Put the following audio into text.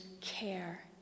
care